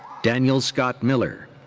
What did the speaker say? daniel scott miller.